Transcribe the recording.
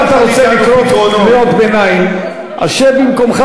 אם אתה רוצה לקרוא קריאות ביניים אז שב במקומך,